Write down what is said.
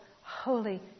holy